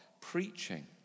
preaching